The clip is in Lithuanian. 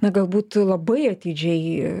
na galbūt labai atidžiai